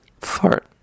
Fart